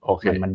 Okay